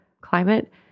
climate